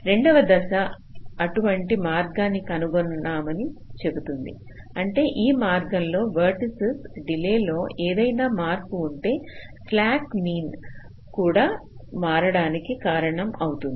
రెండవ దశ అటువంటి మార్గాన్ని కనుగొనమని చెబుతుంది అంటే ఈ మార్గంలోని వేర్టిసస్ డిలే లో ఏదైనా మార్పుఉంటే స్లాక్ మీన్ కూడా మారడానికి కారణం అవుతుంది